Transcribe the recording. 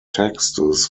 texts